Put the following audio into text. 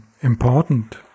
important